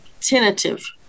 tentative